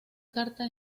carta